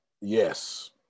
yes